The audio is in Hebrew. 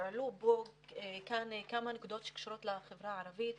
עלו כאן כמה נקודות שקשורות לחברה הערבית.